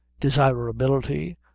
desirability